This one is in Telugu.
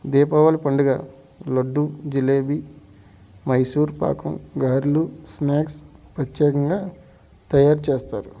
దీపావళి పండుగ లడ్డు జిలేబీ మైసూర్ పాకం గారలు స్నాక్స్ ప్రత్యేకంగా తయారు చేస్తారు